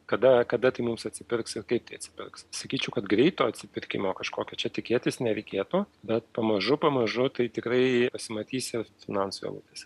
kada kada tai mums atsipirks ir kaip tai atsipirks sakyčiau kad greito atsipirkimo kažkokio čia tikėtis nereikėtų bet pamažu pamažu tai tikrai pasimatysim finansų eilutėse